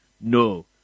No